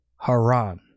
Haran